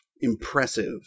impressive